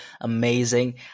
amazing